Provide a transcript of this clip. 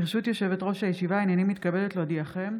ברשות יושבת-ראש הישיבה, הינני מתכבדת להודיעכם,